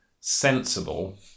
Sensible